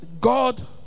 God